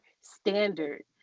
standard